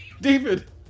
David